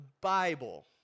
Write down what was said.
Bible